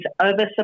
oversupply